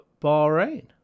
Bahrain